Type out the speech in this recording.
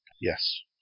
Yes